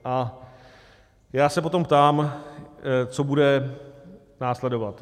A já se potom ptám, co bude následovat.